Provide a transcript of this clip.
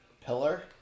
pillar